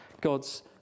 God's